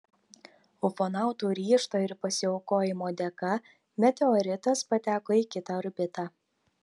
ufonautų ryžto ir pasiaukojimo dėka meteoritas pateko į kitą orbitą